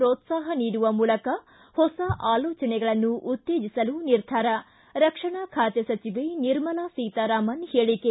ಪೋತ್ತಾಹ ನೀಡುವ ಮೂಲಕ ಹೊಸ ಆಲೋಚನೆಗಳನ್ನು ಉತ್ತೇಜಿಸಲು ನಿರ್ಧಾರ ರಕ್ಷಣಾ ಖಾತೆ ಸಚಿವೆ ನಿರ್ಮಲಾ ಸೀತಾರಾಮನ್ ಹೇಳಿಕೆ